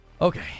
Okay